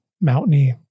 mountainy